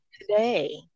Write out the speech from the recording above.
today